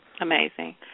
amazing